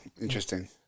Interesting